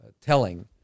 telling